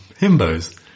Himbos